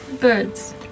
Birds